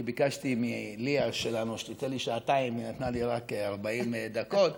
כי ביקשתי מליה שלנו שתיתן לי שעתיים והיא נתנה לי רק 40 דקות,